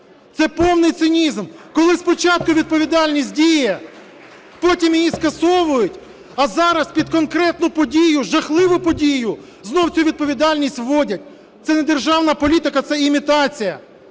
Це повний цинізм, коли спочатку відповідальність діє, потім її скасовують, а зараз, під конкретну подію, жахливу подію, знову цю відповідальність вводять. Це не державна політика, це імітація.